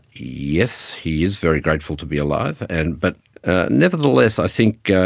yes, he is very grateful to be alive, and but ah nevertheless i think